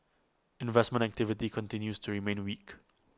investment activity continues to remain weak